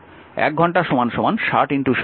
এক ঘন্টা 60 60 অর্থাৎ 3600 সেকেন্ড